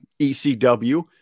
ECW